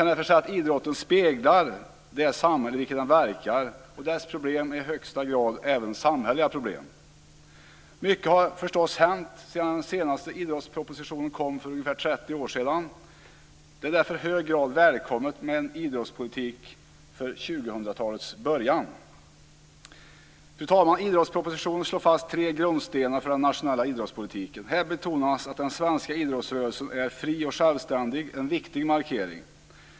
Idrotten speglar i högsta grad det samhälle i vilket den verkar och dess problem, och även samhälleliga problem. Mycket har förstås hänt sedan den senaste idrottspropositionen kom för ungefär 30 år sedan. Det är därför i hög grad välkommet med en idrottspolitik för 2000-talets början. Fru talman! Idrottspropositionen slår fast tre grundstenar för den nationella idrottspolitiken. Här betonas att den svenska idrottsrörelsen är fri och självständig. Det är en viktig markering.